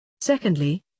Secondly